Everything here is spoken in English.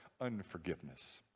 unforgiveness